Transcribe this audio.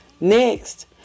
Next